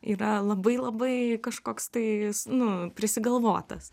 yra labai labai kažkoks tai jis nu prisigalvotas